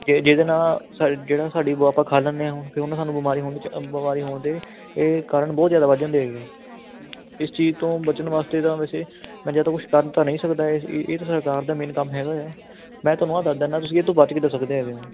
ਜੇ ਜਿਹਦੇ ਨਾਲ ਸਾਡਾ ਜਿਹੜਾ ਸਾਡੀ ਆਪਾਂ ਖਾ ਲੈਂਦੇ ਹਾਂ ਹੁਣ ਫਿਰ ਉਹਦੇ ਨਾਲ ਸਾਨੂੰ ਬਿਮਾਰੀਆਂ ਹੋਣ ਵਿੱਚ ਬਿਮਾਰੀਆਂ ਹੋਣ ਦੇ ਇਹ ਕਾਰਨ ਬਹੁਤ ਜ਼ਿਆਦਾ ਵੱਧ ਜਾਂਦੇ ਹੈਗੇ ਆ ਇਸ ਚੀਜ਼ ਤੋਂ ਬਚਣ ਵਾਸਤੇ ਤਾਂ ਵੈਸੇ ਮੈਂ ਤਾਂ ਜ਼ਿਆਦਾ ਕੁਛ ਕਰ ਤਾਂ ਨਹੀਂ ਸਕਦਾ ਹੈ ਇਹ ਇਹ ਤਾਂ ਸਰਕਾਰ ਦਾ ਮੇਨ ਕੰਮ ਹੈਗਾ ਆ ਮੈਂ ਤੁਹਾਨੂੰ ਇਹ ਦੱਸ ਦਿੰਦਾ ਤੁਸੀਂ ਇਹ ਤੋਂ ਬਚ ਕਿੱਦਾਂ ਸਕਦੇ ਹੈਗੇ ਹੋ